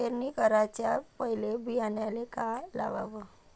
पेरणी कराच्या पयले बियान्याले का लावाव?